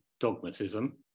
dogmatism